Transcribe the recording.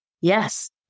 Yes